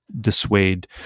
dissuade